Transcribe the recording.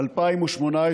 בבקשה,